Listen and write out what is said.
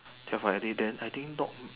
twelve already then I think dog mm